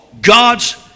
God's